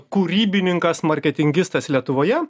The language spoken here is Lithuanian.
kūrybininkas marketingistas lietuvoje